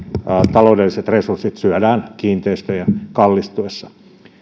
taloudelliset resurssit syödään kiinteistöjen kallistuessa